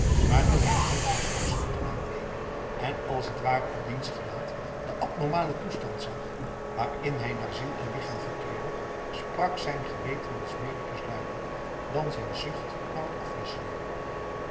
maar toen hij bronkhorst eens goed aankeek en als het ware op diens gelaat de abnormale toestand zag waarin hij naar ziel en lichaam verkeerde sprak zijn geweten als medicus luider dan zijn zucht naar wat afwisseling